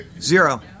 Zero